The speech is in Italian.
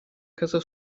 casa